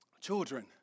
Children